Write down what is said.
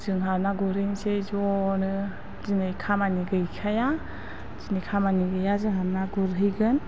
जोंहा ना गुरहैनोसै ज'नो दिनै खामानि गैखाया दिनै खामानि गैया जोंहा ना गुरहैगोन